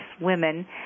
women